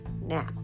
Now